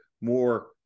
more